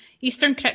eastern